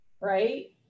right